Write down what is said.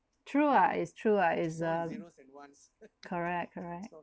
true ah it's true ah is uh correct correct